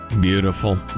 Beautiful